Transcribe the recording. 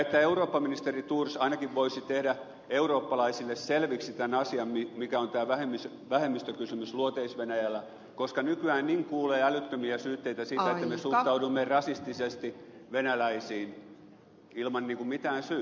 eurooppaministeri thors ainakin voisi tehdä eurooppalaisille selväksi sen asian mikä on tämä vähemmistökysymys luoteis venäjällä koska nykyään niin kuulee älyttömiä syytteitä siitä että me suhtaudumme rasistisesti venäläisiin ilman mitään syytä